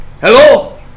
Hello